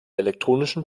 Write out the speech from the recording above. elektronischen